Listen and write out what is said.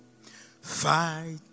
fight